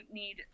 need